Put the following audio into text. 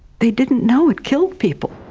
they didn't know it killed people.